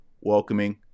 welcoming